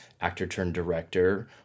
actor-turned-director